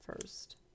first